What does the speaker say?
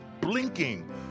blinking